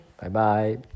Bye-bye